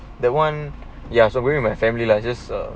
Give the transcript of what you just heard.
that one ya just go with my family lah just a